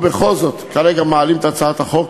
בכל זאת כרגע מעלים את הצעת החוק,